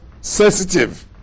sensitive